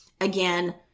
again